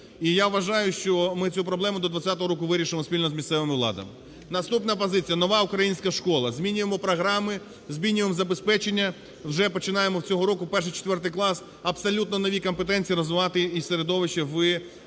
і я вважаю, що ми цю проблему до 2020 року вирішимо спільно з місцевою владою. Наступна позиція: нова українська школа. Змінюємо програми, змінюємо забезпечення, вже починаємо з цього року 1-4 клас абсолютно нові компетенції розвивати і середовище в українських